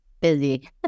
Busy